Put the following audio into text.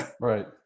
Right